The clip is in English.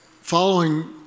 following